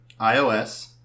iOS